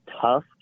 tough